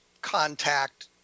contact